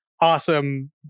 awesome